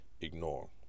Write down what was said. ignore